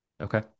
Okay